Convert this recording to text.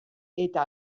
eta